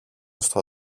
στο